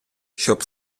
щоб